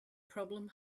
problem